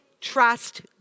trust